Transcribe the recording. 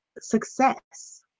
success